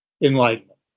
enlightenment